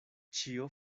ĉio